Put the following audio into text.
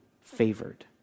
favored